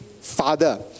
father